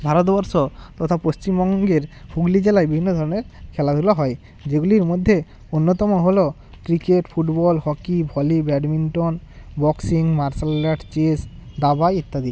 ভারতবর্ষ তথা পশ্চিমবঙ্গের হুগলি জেলায় বিভিন্ন ধরনের খেলাধুলা হয় যেগুলির মধ্যে অন্যতম হলো cricket football hockey volley badminton boxing martial art chess দাবা ইত্যাদি